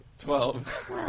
Twelve